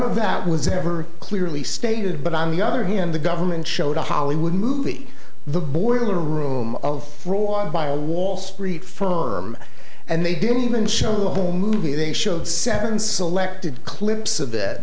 of that was ever clearly stated but on the other hand the government showed a hollywood movie the border room of ruined by a wall street firm and they didn't even show the whole movie they showed seven selected clips of that